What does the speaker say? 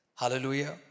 Hallelujah